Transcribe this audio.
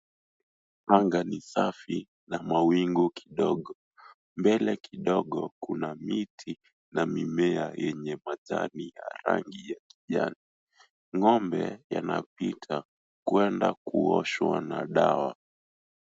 Anga ni safi na mawingu kidogo. Mbele kidogo, kuna miti na mimea yenye majani ya rangi ya kijani. Ng'ombe yanapita, kuenda kuoshwa na dawa.